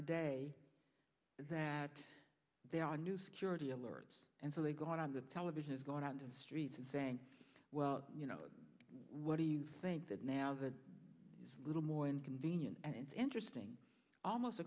today that there are new security alerts and so they go out on the television is going out into the streets and saying well you know what do you think that now that is little more inconvenient and it's interesting almost